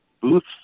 booths